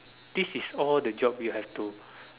these is all the job you have to